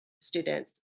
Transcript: students